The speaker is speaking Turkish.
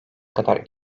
kadar